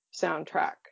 soundtrack